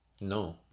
No